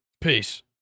Peace